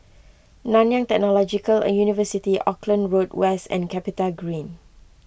Nanyang Technological University Auckland Road West and CapitaGreen